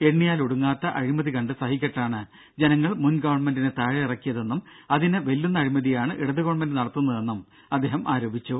എണ്ണിയാലൊടുങ്ങാത്ത അഴിമതി കണ്ട് സഹികെട്ടാണ് ജനങ്ങൾ മുൻ ഗവൺമെന്റിനെ താഴെ ഇറക്കിയതെന്നും അതിനെ വെല്ലുന്ന അഴിമതിയാണ് ഇടത് ഗവൺമെന്റ് നടത്തുന്നതെന്നും അദ്ദേഹം ആരോപിച്ചു